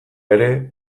ere